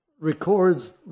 records